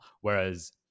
whereas